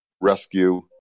rescue